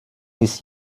ist